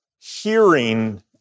Hearing